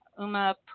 Uma